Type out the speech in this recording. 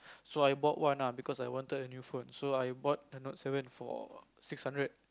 so I bought one ah because I wanted a new phone so I bought the Note-seven for six hundred